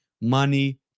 Money